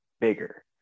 bigger